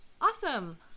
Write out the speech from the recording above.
Awesome